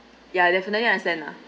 ya definitely understand lah